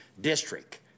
district